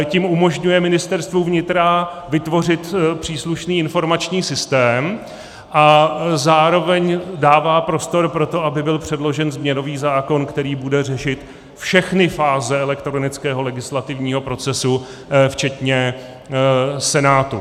Tím umožňuje Ministerstvu vnitra vytvořit příslušný informační systém, a zároveň dává prostor pro to, aby byl předložen změnový zákon, který bude řešit všechny fáze elektronického legislativního procesu včetně Senátu.